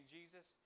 Jesus